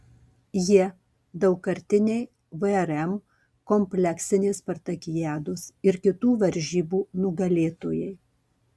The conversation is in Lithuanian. jie daugkartiniai vrm kompleksinės spartakiados ir kitų varžybų nugalėtojai